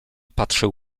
patrzył